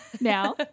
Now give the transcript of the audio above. now